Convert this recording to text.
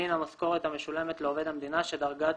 מן המשכורת המשולמת לעובד המדינה שדרגת